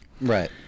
Right